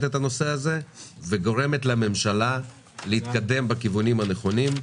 את הנושא הזה וגורמת לממשלה להתקדם בכיוונים הנכונים,